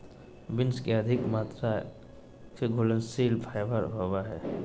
beans में अधिक मात्रा में घुलनशील फाइबर होवो हइ